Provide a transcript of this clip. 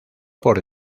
por